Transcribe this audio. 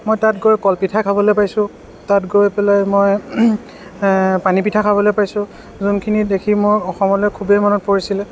মই তাত গৈ কলপিঠা খাবলৈ পাইছোঁ তাত গৈ পেলাই মই পানী পিঠা খাবলৈ পাইছোঁ যোনখিনি দেখি মোৰ অসমলৈ খুবেই মনত পৰিছিলে